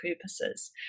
purposes